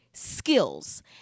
skills